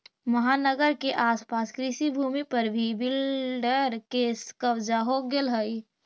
महानगर के आस पास कृषिभूमि पर भी बिल्डर के कब्जा हो गेलऽ हई